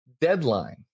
deadline